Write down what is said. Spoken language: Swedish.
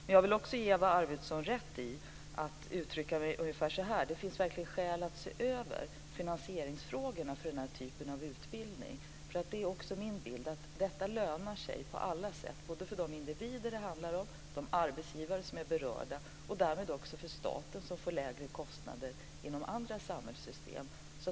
Men jag vill också ge Eva Arvidsson rätt genom att uttrycka mig ungefär så här: Det finns verkligen skäl att se över finansieringsfrågorna när det gäller den här typen av utbildning. Det är också min bild att detta lönar sig på alla sätt, både för de individer som det handlar om, för de arbetsgivare som är berörda och därmed också för staten som får lägre kostnader inom andra samhällssystem.